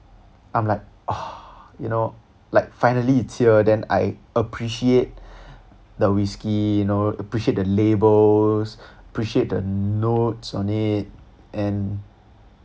I'm like ah you know like finally it's here then I appreciate the whisky you know appreciate the labels appreciate the notes on it and